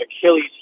Achilles